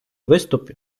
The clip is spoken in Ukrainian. виступ